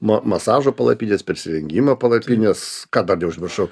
nuo masažo palapinės persirengimo palapinės ką dar neužmiršau